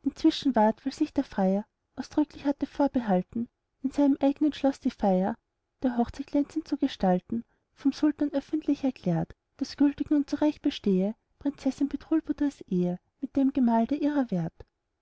inzwischen ward weil sich der freier ausdrücklich hatte vorbehalten in seinem eignen schloß die feier der hochzeit glänzend zu gestalten vom sultan öffentlich erklärt daß gültig nun zu recht bestehe prinzessin bedrulbudurs ehe mit dem gemahl der ihrer wert